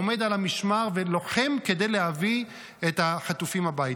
עומד על המשמר ולוחם כדי להביא את החטופים הביתה.